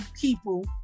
people